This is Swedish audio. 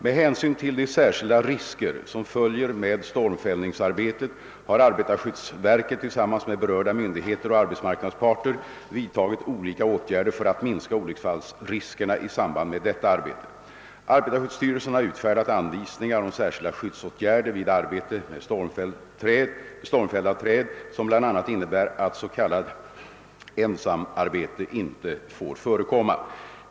Med hänsyn till de särskilda risker som följer med stormfällningsarbetet har arbetarskyddsverket tillsammans med berörda myndigheter och arbetsmarknadsparter vidtagit olika åtgärder för att minska olycksfallsriskerna i samband med detta arbete. Arbetarskyddsstyrelsen har utfärdat anvisningar om särskilda skyddsåtgärder vid arbete med stormfällda träd som bl.a. innebär att s.k. ensamarbete inte får förekomma.